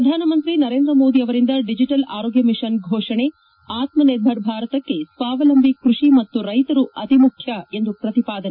ಪ್ರಧಾನ ಮಂತ್ರಿ ನರೇಂದ್ರ ಅವರಿಂದ ಡಿಜಿಟಲ್ ಆರೋಗ್ಟ ಮಿಷನ್ ಘೋಷಣೆ ಆತ್ಮನಿರ್ಭರ್ ಭಾರತಕ್ಕೆ ಸ್ವಾವಲಂಬಿ ಕೃಷಿ ಮತ್ತು ರೈತರು ಅತಿಮುಖ್ಯ ಎಂದು ಪ್ರತಿಪಾದನೆ